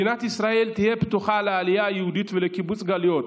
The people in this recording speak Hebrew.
"מדינת ישראל תהיה פתוחה לעלייה יהודית ולקיבוץ גלויות,